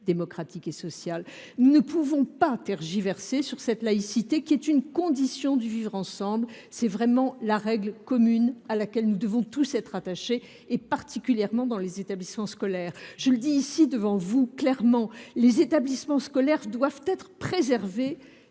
démocratique et sociale. » Nous ne pouvons pas tergiverser sur cette laïcité qui est une condition du vivre ensemble. C’est la règle commune à laquelle nous devons tous être attachés, particulièrement dans les établissements scolaires. Je le dis clairement : les établissements scolaires doivent être préservés